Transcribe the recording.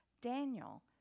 Daniel